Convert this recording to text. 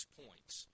points